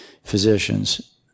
physicians